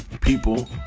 people